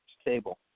stable